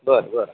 बरं बरं